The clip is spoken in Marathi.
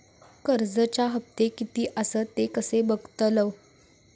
कर्जच्या हप्ते किती आसत ते कसे बगतलव?